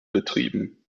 betrieben